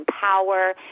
power